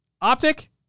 Optic